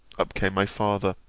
up came my father,